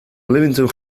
livingston